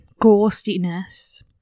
ghostiness